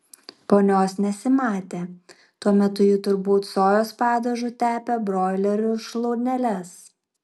ponios nesimatė tuo metu ji turbūt sojos padažu tepė broilerių šlauneles